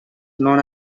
known